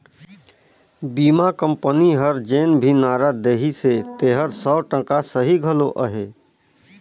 बीमा कंपनी हर जेन भी नारा देहिसे तेहर सौ टका सही घलो अहे